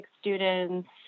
students